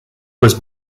was